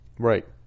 Right